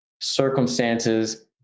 Circumstances